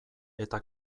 eta